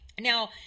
Now